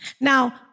Now